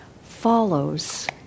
follows